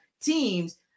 teams